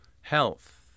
health